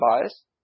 Bias